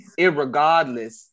irregardless